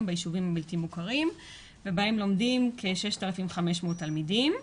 ביישובים הבלתי מוכרים ובהם לומדים כ-6,500 תלמידים.